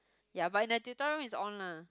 ya but in the tutorial room is on lah